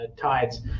tides